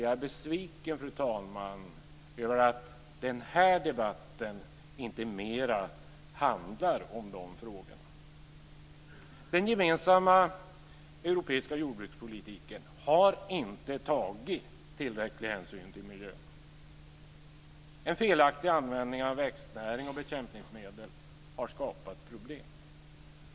Jag är besviken över, fru talman, att den här debatten inte mer handlar om de frågorna. Den gemensamma europeiska jordbrukspolitiken har inte tagit tillräcklig hänsyn till miljön. En felaktig användning av växtnäring och bekämpningsmedel har skapat problem.